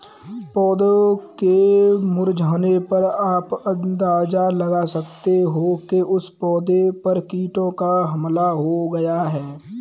पौधों के मुरझाने पर आप अंदाजा लगा सकते हो कि उस पौधे पर कीटों का हमला हो गया है